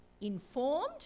informed